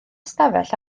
stafell